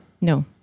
No